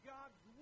God's